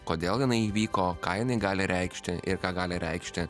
kodėl jinai įvyko ką jinai gali reikšti ir ką gali reikšti